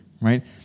right